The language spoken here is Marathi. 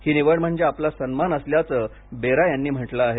ही निवड म्हणजे आपला सन्मान असल्याचं बेरा यांनी म्हटलं आहे